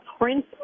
Prince